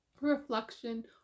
reflection